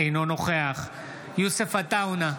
אינו נוכח יוסף עטאונה,